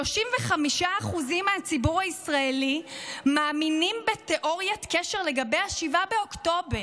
35% מהציבור הישראלי מאמינים בתיאוריית קשר לגבי 7 באוקטובר.